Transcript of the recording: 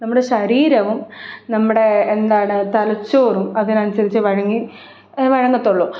നമ്മുടെ ശരീരവും നമ്മുടെ എന്താണ് തലച്ചോറും അതിനനുസരിച്ച് വഴങ്ങി വഴങ്ങത്തുള്ളൂ